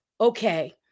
okay